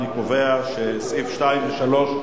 אני קובע שסעיפים 2 ו-3,